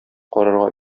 карарга